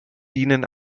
dienen